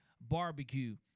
barbecue